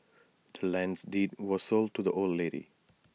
the land's deed was sold to the old lady